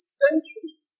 centuries